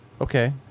Okay